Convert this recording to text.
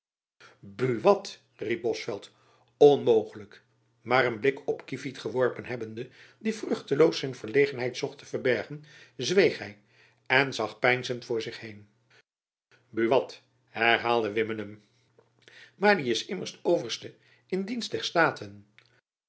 buat riep bosveldt onmogelijk maar een jacob van lennep elizabeth musch blik op kievit geworpen hebbende die vruchteloos zijn verlegenheid zocht te verbergen zweeg hy en zag peinzend voor zich heen buat herhaalde wimmenum maar die is immers overste in dienst der staten